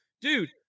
dude